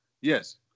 yes